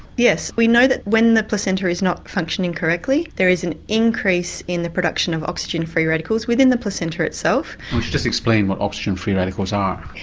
yes, we know that when the placenta is not functioning correctly there is an increase in the production of oxygen free radicals within the placenta itself. just explain with oxygen free radicals are.